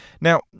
Now